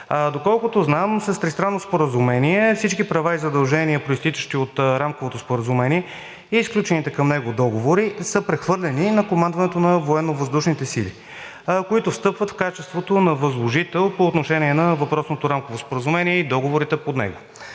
Доколкото знам с Тристранно споразумение всички права и задължения, произтичащи от Рамковото споразумение и сключените към него договори, са прехвърлени на командването на Военновъздушните сили, които встъпват в качеството на възложител по отношение на въпросното рамково споразумение и договорите по него.